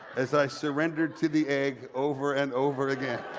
as i surrendered to the egg over and over again.